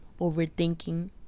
overthinking